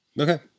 Okay